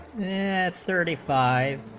thirty five